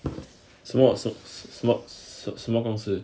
什么什么公司